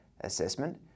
assessment